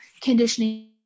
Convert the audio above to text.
conditioning